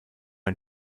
ein